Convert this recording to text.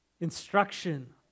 Instruction